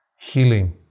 healing